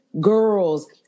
girls